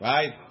Right